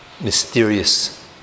mysterious